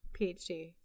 PhD